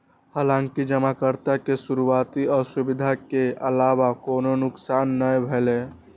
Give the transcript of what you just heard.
हालांकि जमाकर्ता के शुरुआती असुविधा के अलावा कोनो नुकसान नै भेलै